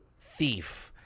thief